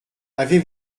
avez